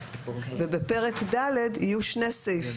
בפרק ד' יהיו שני סעיפים,